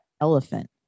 elephant